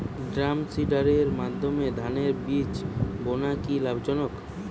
ড্রামসিডারের মাধ্যমে ধানের বীজ বোনা কি লাভজনক?